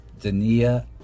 Dania